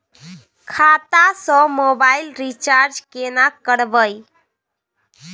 खाता स mobile recharge केना करबे?